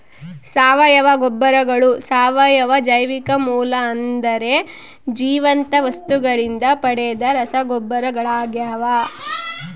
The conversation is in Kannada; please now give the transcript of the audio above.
ಸಾವಯವ ಗೊಬ್ಬರಗಳು ಸಾವಯವ ಜೈವಿಕ ಮೂಲ ಅಂದರೆ ಜೀವಂತ ವಸ್ತುಗಳಿಂದ ಪಡೆದ ರಸಗೊಬ್ಬರಗಳಾಗ್ಯವ